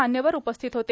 मान्यवर उपस्थित होते